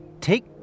Take